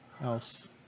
else